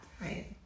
Right